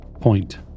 point